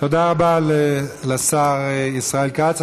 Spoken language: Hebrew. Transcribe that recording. תודה רבה לשר ישראל כץ.